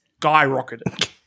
skyrocketed